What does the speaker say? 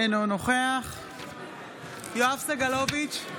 אינו נוכח יואב סגלוביץ'